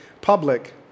public